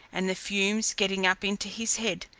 and the fumes getting up into his head,